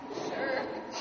Sure